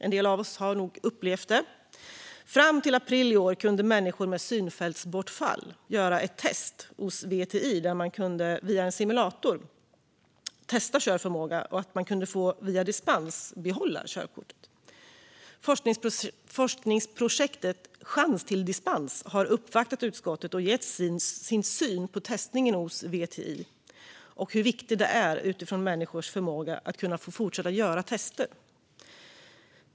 En del av oss har nog upplevt det. Fram till april i år kunde människor med synfältsbortfall göra ett test hos VTI där man via en simulator kunde testa körförmågan, och man kunde via dispens behålla körkortet. Representanter för forskningsprojektet Chans till Dispens har uppvaktat utskottet och gett sin syn på testningen hos VTI och hur viktigt det är att utifrån människors förmåga genomföra tester.